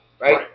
right